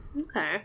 Okay